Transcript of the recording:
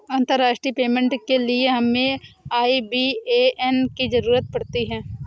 अंतर्राष्ट्रीय पेमेंट के लिए हमें आई.बी.ए.एन की ज़रूरत पड़ती है